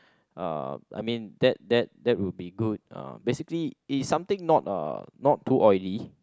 uh I mean that that that would be good uh basically eat something not uh not too oily